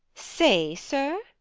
say, sir?